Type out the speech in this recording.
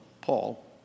Paul